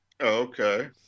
Okay